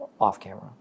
off-camera